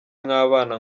mwabana